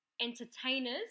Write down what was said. entertainers